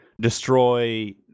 destroy